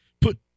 Put